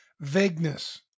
Vagueness